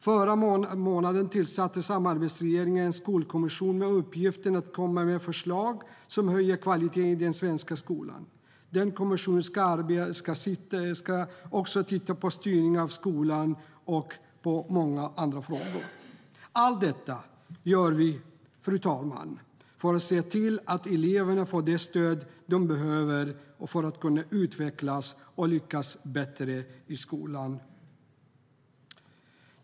Förra månaden tillsatte samarbetsregeringen en skolkommission med uppgift att komma med förslag som höjer kvaliteten i den svenska skolan. Denna kommission ska också titta på styrningen av skolan och på många andra frågor. Allt detta, fru talman, gör vi för att se till att eleverna får det stöd de behöver för att kunna utvecklas och lyckas bättre i skolan.